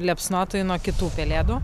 liepsnotoji nuo kitų pelėdų